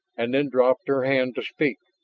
and then dropped her hand to speak.